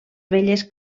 velles